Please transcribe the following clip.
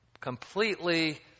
completely